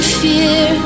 fear